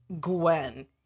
Gwen